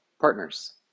Partners